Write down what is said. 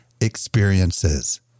experiences